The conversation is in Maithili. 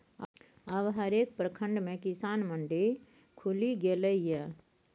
अब हरेक प्रखंड मे किसान मंडी खुलि गेलै ये